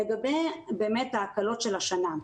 לגבי ההקלות של השנה,